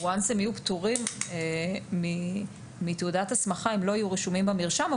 ברגע שהם יהיו פטורים מתעודת הסכמה הם לא יהיו רשומים במרשם,